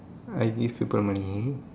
I give people money